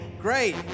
Great